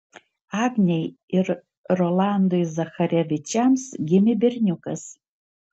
agnei ir rolandui zacharevičiams gimė berniukas